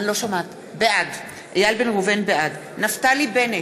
בעד נפתלי בנט,